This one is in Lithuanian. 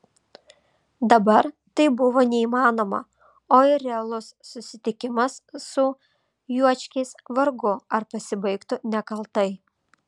dabar tai buvo neįmanoma o ir realus susitikimas su juočkiais vargu ar pasibaigtų nekaltai